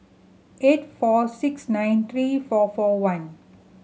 eight four six nine three four four one